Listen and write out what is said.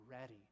ready